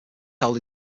held